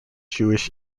jewish